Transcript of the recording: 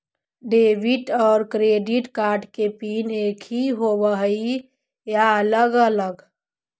Debit और credit card के PIN एकही होव हइ या अलग अलग?